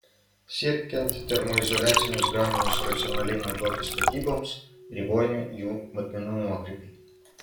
siekiant termoizoliacinius gaminius racionaliai naudoti statyboms ribojami jų matmenų nuokrypiai